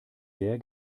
sehr